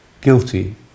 guilty